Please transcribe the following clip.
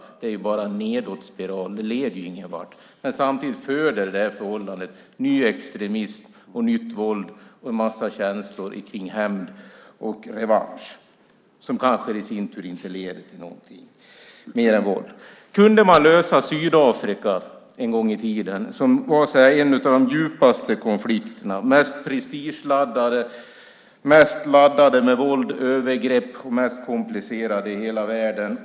Det är bara en nedåtspiral. Det leder ingen vart. Samtidigt föder det förhållandet ny extremism, nytt våld och en massa känslor kring hämnd och revansch som kanske i sin tur inte leder till något mer än våld. Man kunde lösa Sydafrika som var en av de djupaste konflikterna, mest prestigeladdade, mest laddade med våld, övergrepp och mest komplicerade i hela världen.